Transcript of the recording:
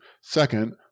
second